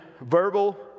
verbal